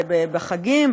בחגים,